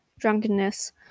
drunkenness